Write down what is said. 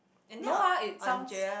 no ah it sounds